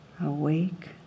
Awake